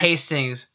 Hastings